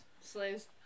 slaves